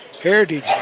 Heritage